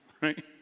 right